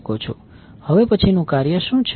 હવે પછીનું કાર્ય શું છે